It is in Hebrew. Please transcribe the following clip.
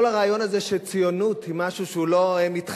כל הרעיון הזה שציונות היא משהו שהוא לא מתחדש,